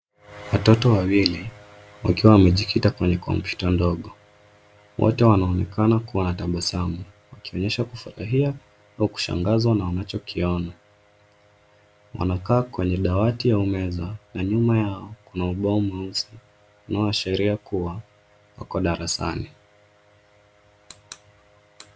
Watoto wawili wakiwa wamejikita kwenye kompyuta ndogo. Wote wanaonekana kuwa na tabasamu wakionyesha kufurahia au kushangazwa na wanachokiona. Wanakaa kwenye dawati ua meza na nyuma yao kuna ubao mweusi unaoashiria kuwa wako darasani.